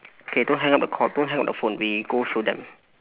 okay don't hang up the call don't hang up the phone we go show them